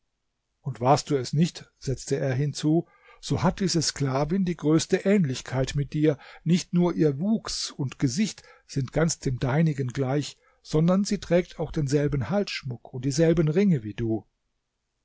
und warst du es nicht setzte er hinzu so hat diese sklavin die größte ähnlichkeit mit dir nicht nur ihr wuchs und gesicht sind ganz dem deinigen gleich sondern sie trägt auch denselben halsschmuck und dieselben ringe wie du